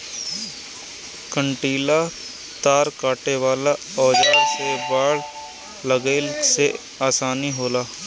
कंटीला तार काटे वाला औज़ार से बाड़ लगईले में आसानी होला